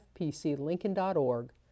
fpclincoln.org